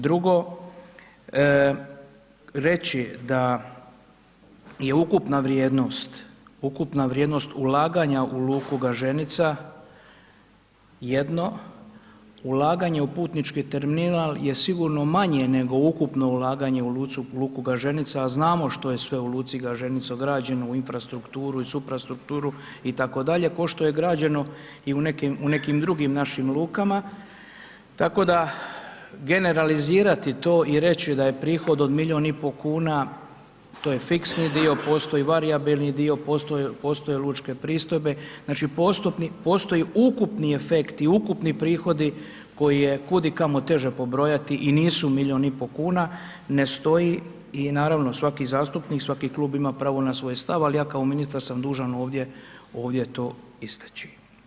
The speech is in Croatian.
Drugo, reći da je ukupna vrijednost ulaganja u luku Gaženica jedno, ulaganje u putnički terminal je sigurno manje nego ukupno ulaganje u luku Gaženica, a znamo što je sve u luci Gaženica građeno, u infrastrukturu i suprastrukturu itd., kao što je građeno i u nekim drugim našim lukama, tako da generalizirati to i reći da je prihod od milijun i pol kuna, to je fiksni dio, postoji i varijabilni dio, postoje lučke pristojbe, znači postoji ukupni efekti i ukupni prihodi koji je kudikamo teže pobrojati i nisu milijun i pol kuna, ne stoji i naravno, svaki zastupnik i svaki klub ima svoj stav, ali ja kao ministar sam dužan ovdje to istači.